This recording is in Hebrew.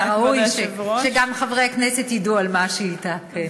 מן הראוי שגם חברי הכנסת ידעו על מה השאילתה.